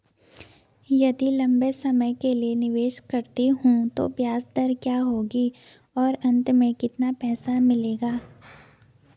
यदि लंबे समय के लिए निवेश करता हूँ तो ब्याज दर क्या होगी और अंत में कितना पैसा मिलेगा?